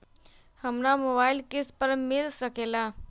हमरा मोबाइल किस्त पर मिल सकेला?